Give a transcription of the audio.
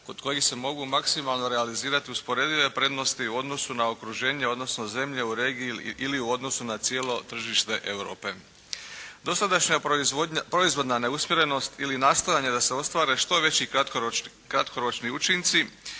kod kojih se mogu maksimalno realizirati usporedive prednosti u odnosu na okruženje, odnosno zemlje u regiji ili u odnosu na cijelo tržište Europe. Dosadašnja proizvodna neusmjerenost ili nastojanje da se ostvare što veći kratkoročni učinci,